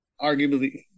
Arguably